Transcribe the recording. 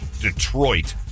Detroit